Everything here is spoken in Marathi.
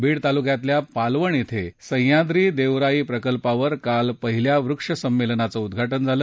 बीड तालुक्यातल्या पालवण िं सह्याद्री देवराई प्रकल्पावर काल पहिल्या वृक्ष संमेलनाचं उद्वाटन झालं